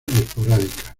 esporádica